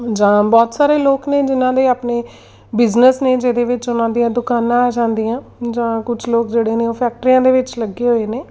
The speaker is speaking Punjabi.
ਜਾਂ ਬਹੁਤ ਸਾਰੇ ਲੋਕ ਨੇ ਜਿਨ੍ਹਾਂ ਦੇ ਆਪਣੇ ਬਿਜਨਸ ਨੇ ਜਿਹਦੇ ਵਿੱਚ ਉਹਨਾਂ ਦੀਆਂ ਦੁਕਾਨਾਂ ਆ ਜਾਂਦੀਆਂ ਜਾਂ ਕੁਛ ਲੋਕ ਜਿਹੜੇ ਨੇ ਉਹ ਫੈਕਟਰੀਆਂ ਦੇ ਵਿੱਚ ਲੱਗੇ ਹੋਏ ਨੇ